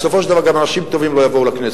בסופו של דבר גם אנשים טובים לא יבואו לכנסת.